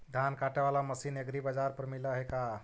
धान काटे बाला मशीन एग्रीबाजार पर मिल है का?